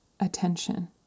attention